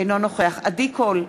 אינו נוכח עדי קול,